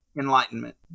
enlightenment